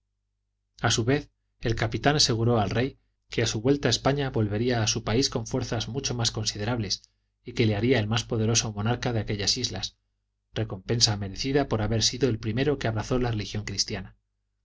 a su vez el capitán aseguró al rey que a su vuelta a españa volvería a su país con fuerzas mucho más considerables y que le haría el más poderoso monarca de aquellas islas recompensa merecida por haber sido el primero que abrazó la religión cristiana